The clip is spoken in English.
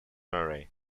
murray